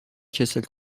کسل